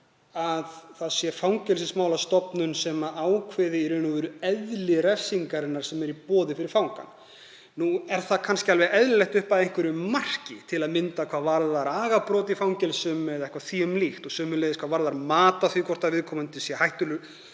að það sé Fangelsismálastofnun sem ákveði í raun og veru eðli refsingarinnar sem er í boði fyrir fanga. Nú er það kannski alveg eðlilegt upp að einhverju marki, til að mynda hvað varðar agabrot í fangelsum eða eitthvað því um líkt, sömuleiðis hvað varðar mat á því hvort viðkomandi sé hættulegur